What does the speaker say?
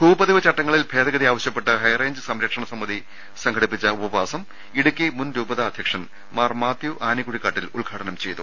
ഭൂപതിവ് ചട്ടങ്ങളിൽ ഭേദഗതി ആവശ്യപ്പെട്ട് ഹൈറേഞ്ച് സംരക്ഷണസമിതി സംഘടിപ്പിച്ച ഉപവാസും ഇടുക്കി മുൻ രൂപതാധ്യക്ഷൻ മാർ മാത്യു ആനിക്കുഴിക്കാട്ടിൽ ഉദ്ഘാടനം ചെയ്തു